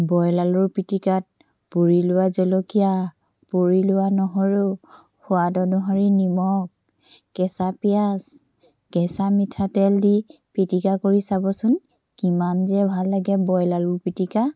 boil আলুৰ পিটিকাত পুৰি লোৱা জলকীয়া পুৰি লোৱা নহৰু সোৱাদ অনুসৰি নিমখ কেঁচা পিঁয়াজ কেঁচা মিঠাতেল দি পিটিকা কৰি চাবচোন কিমান যে ভাল লাগে বইল আলুৰ পিটিকা